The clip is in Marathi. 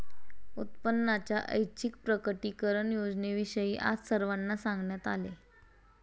उत्पन्नाच्या ऐच्छिक प्रकटीकरण योजनेविषयी आज सर्वांना सांगण्यात आले